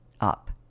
up